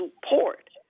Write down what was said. support